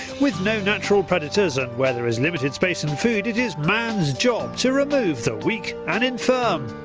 with no natural predators and where there is limited space and food, it is man's job to remove the weak and infirm.